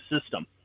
system